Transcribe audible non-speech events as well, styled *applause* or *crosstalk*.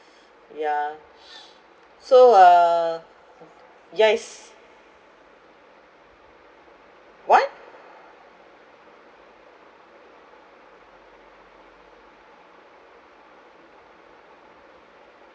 yeah *noise* so uh yes what